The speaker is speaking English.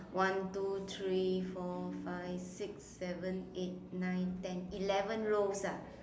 one two three four five six seven eight nine ten eleven rows ah